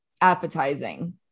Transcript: appetizing